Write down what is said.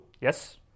Yes